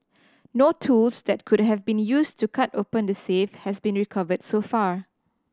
no tools that could have been used to cut open the safe have been recovered so far